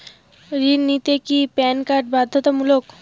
ঋণ নিতে কি প্যান কার্ড বাধ্যতামূলক?